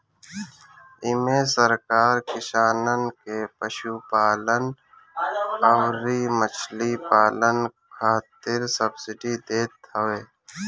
इमे सरकार किसानन के पशुपालन अउरी मछरी पालन खातिर सब्सिडी देत हवे